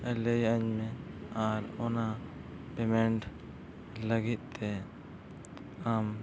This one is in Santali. ᱞᱟᱹᱭᱟᱹᱧ ᱢᱮ ᱟᱨ ᱚᱱᱟ ᱞᱟᱹᱜᱤᱫᱛᱮ ᱟᱢ